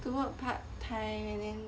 work part time and then